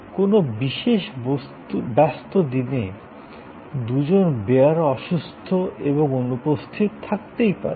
কোনও বিশেষ ব্যস্ত দিনে দুজন বেয়ারা অসুস্থ এবং অনুপস্থিত থাকতে পারে